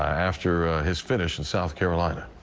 after his finish in south carolina.